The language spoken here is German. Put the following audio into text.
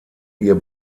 ihr